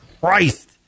Christ